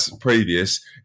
previous